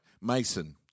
Mason